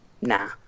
Nah